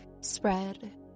spread